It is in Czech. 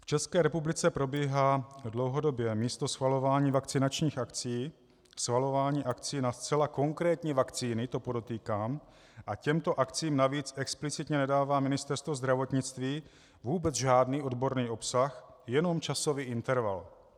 V České republice probíhá místo schvalování vakcinačních akcí schvalování akcí na zcela konkrétní vakcíny, to podotýkám, a těmto akcím navíc explicitně nedává Ministerstvo zdravotnictví vůbec žádný odborný obsah, jenom časový interval.